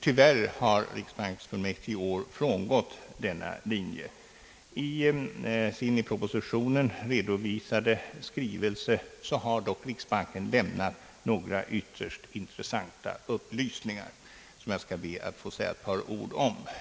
Tyvärr har riksbanksfullmäktige i år frångått denna linje. I sin i propositionen redovisade skrivelse har dock riksbanken lämnat några ytterst intressanta upplysningar som jag skall be att få säga ett par ord om.